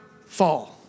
fall